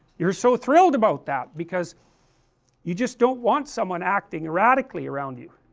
you are so thrilled about that, because you just don't want someone acting erratically around you